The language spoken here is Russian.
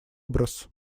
образ